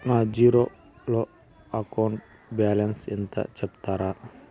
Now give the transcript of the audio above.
నా zero account balance ఎంతో సెప్తారా?